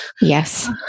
Yes